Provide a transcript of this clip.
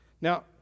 Now